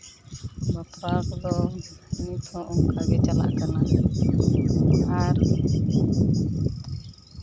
ᱵᱟᱯᱞᱟ ᱠᱚᱫᱚ ᱱᱤᱛᱦᱚᱸ ᱚᱱᱠᱟᱜᱮ ᱪᱟᱞᱟᱜ ᱠᱟᱱᱟ ᱟᱨ